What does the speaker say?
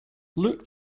look